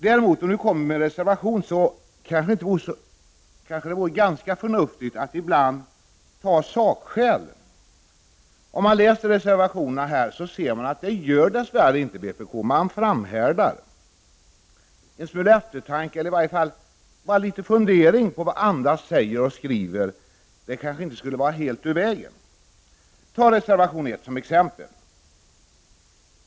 Däremot vore det förnuftigt att ibland ta sakskäl. Om man läser reservationerna ser man att vpk dess värre inte gör det, man framhärdar. En smula eftertanke eller i varje fall en liten fundering över vad andra säger och skriver kanske inte skulle vara helt i vägen. Vi kan ta reservation 1 som exempel.